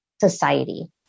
society